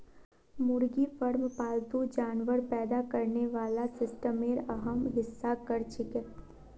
मुर्गी फार्म पालतू जानवर पैदा करने वाला सिस्टमेर अहम हिस्सा छिके